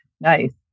Nice